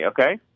okay